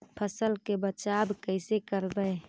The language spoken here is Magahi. फसल के बचाब कैसे करबय?